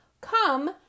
Come